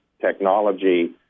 technology